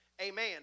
Amen